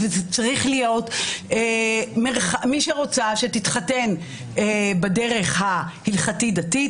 וזה צריך להיות שמי שרוצה שתתחתן בדרך ההלכתית דתית.